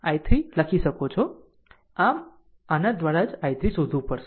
આમ આના દ્વારા જ i3 શોધવું પડશે